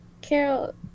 Carol